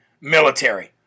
military